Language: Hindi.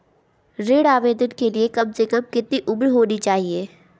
ऋण आवेदन के लिए कम से कम कितनी उम्र होनी चाहिए?